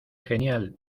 genial